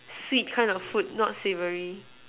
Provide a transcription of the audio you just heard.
sweet kind of food not savoury